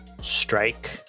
strike